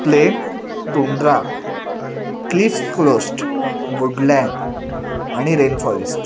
plain tundra cliff closed woodland आणि rainforest